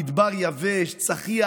המדבר יבש וצחיח,